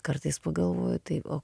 kartais pagalvoju tai o